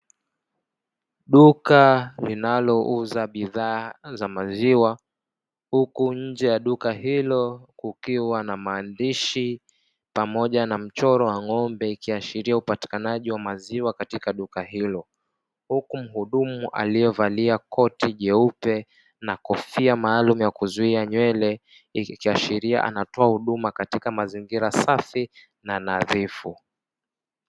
Duka linalouza bidhaa za maziwa. Huku nje ya duka hilo kukiwa na maandishi pamoja na mchoro wa ng'ombe ikiashiria upatikanaji wa maziwa katika duka hilo. Huku mhudumu aliyevalia koti jeupe na kofia maalum ya kuzuia nywele ikiashiria anatoa huduma katika mazingira safi na nadhifu.